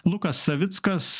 lukas savickas